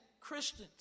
Christians